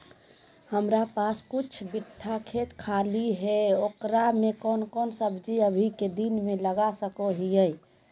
हमारा पास कुछ बिठा खेत खाली है ओकरा में कौन कौन सब्जी अभी के दिन में लगा सको हियय?